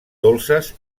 dolces